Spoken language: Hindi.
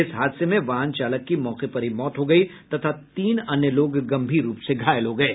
इस हादसे में वाहन चालक की मौके पर ही मौत हो गयी तथा तीन अन्य लोग गंभीर रूप से घायल हो गये